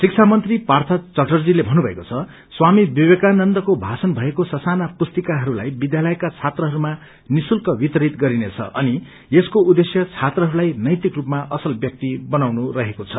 शिक्षा मंत्री पार्थ चटर्जीले भन्नुभएको छ स्वामी विवेकानन्दको भाष्ण भएको स साना पुस्तिकाहरूलाई विध्यालका छात्राहरूमा निशुल्क वितरित गरिनेछ अनि यसको उद्देश्य छज्ञत्रहरूलाई नैतिक रूपमा असल व्याक्ति बनाउनु रहेको छ